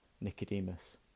Nicodemus